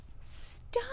Stop